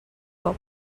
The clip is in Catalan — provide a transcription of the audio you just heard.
foc